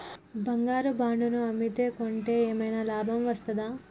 బంగారు బాండు ను అమ్మితే కొంటే ఏమైనా లాభం వస్తదా?